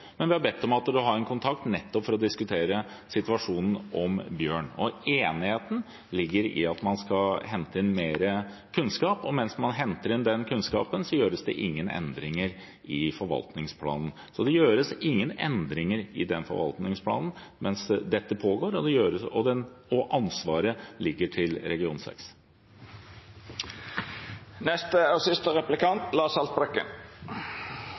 men vi har bedt om at man har en kontakt, nettopp for å diskutere situasjonen med bjørn. Enigheten ligger i at man skal hente inn mer kunnskap. Mens man henter inn den kunnskapen, gjøres det ingen endringer i forvaltningsplanen. Det gjøres ingen endringer i forvaltningsplanen mens dette pågår, og ansvaret ligger til region 6. Stortinget kommer i dag til